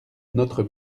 notre